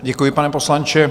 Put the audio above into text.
Děkuji, pane poslanče.